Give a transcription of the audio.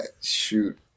shoot